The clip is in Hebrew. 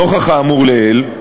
נוכח האמור לעיל,